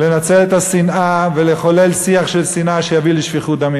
לנצל את השנאה ולחולל שיח של שנאה שיביא לשפיכות דמים,